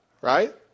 Right